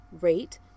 rate